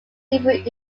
different